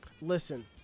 listen